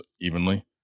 evenly